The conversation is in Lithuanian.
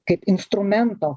kaip instrumento